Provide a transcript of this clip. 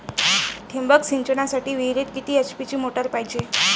ठिबक सिंचनासाठी विहिरीत किती एच.पी ची मोटार पायजे?